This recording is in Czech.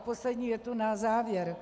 A poslední věta na závěr.